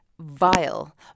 Vile